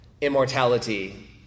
immortality